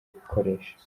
gukoresha